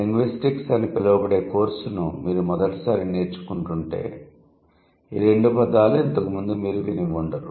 linguistics అని పిలువబడే కోర్సును మీరు మొదటి సారి నేర్చుకుంటుంటే ఈ రెండు పదాలు ఇంతకు ముందు మీరు విని ఉండరు